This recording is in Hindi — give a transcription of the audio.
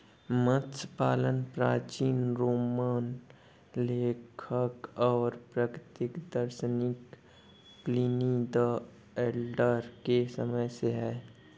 मत्स्य पालन प्राचीन रोमन लेखक और प्राकृतिक दार्शनिक प्लिनी द एल्डर के समय से है